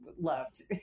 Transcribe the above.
loved